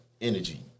energy